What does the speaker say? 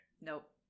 Nope